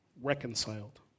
Reconciled